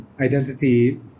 Identity